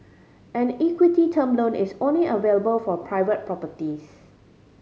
an equity term loan is only available for private properties